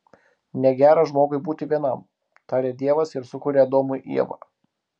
negera žmogui būti vienam taria dievas ir sukuria adomui ievą